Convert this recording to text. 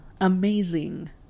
Amazing